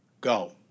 go